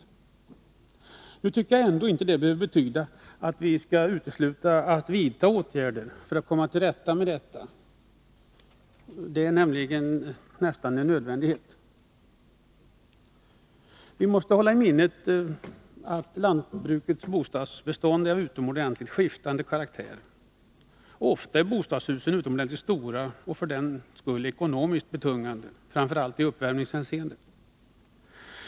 Detta behöver emellertid inte innebära att man utesluter möjligheten att vidta åtgärder för att komma till rätta med de här förhållandena. Det är nästan en nödvändighet. Vi måste hålla i minnet att lantbrukets bostadsbestånd är av utomordenligt skiftande karaktär. Ofta är bostadshusen mycket stora och för den skull ekonomiskt betungande, framför allt i uppvärmningshänseende.